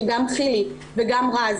שגם חילי וגם רז,